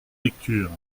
lecture